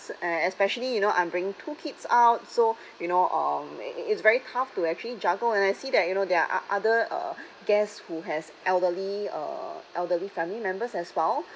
and especially you know I'm bringing two kids out so you know um it it's very tough to actually juggle and I see that you know there are other uh guests who has elderly uh elderly family members as well